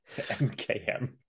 MKM